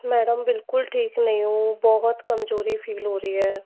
madam बिल्कुल ठीक नहीं हूँ बहुत कमज़ोरी फील हो रही है